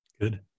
Good